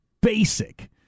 basic